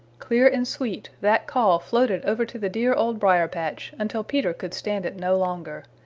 clear and sweet, that call floated over to the dear old briar-patch until peter could stand it no longer.